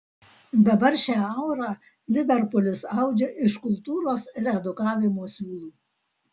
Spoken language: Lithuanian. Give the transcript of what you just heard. dabar šią aurą liverpulis audžia iš kultūros ir edukavimo siūlų